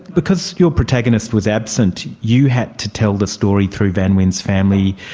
because your protagonist was absent, you had to tell the story through van nguyen's family,